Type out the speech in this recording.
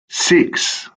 six